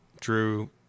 Drew